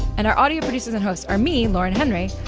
and our audio producers and hosts are me, lauren henry,